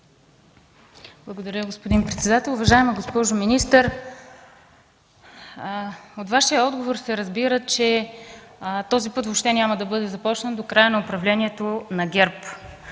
Благодаря, господин председател. Уважаема госпожо министър, от Вашия отговор се разбира, че този път въобще няма да бъде започнат до края на управлението на ГЕРБ,